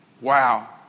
Wow